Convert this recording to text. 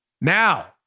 now